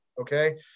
okay